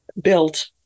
built